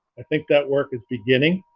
i think that work is beginning